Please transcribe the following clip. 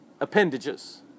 appendages